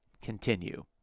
continue